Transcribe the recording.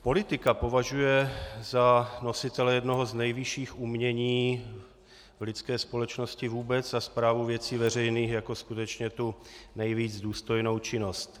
Politika považuje za nositele jednoho z nejvyšších umění v lidské společnosti vůbec a správu věcí veřejných jako skutečně tu nejvíc důstojnou činnost.